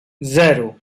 zero